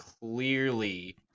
clearly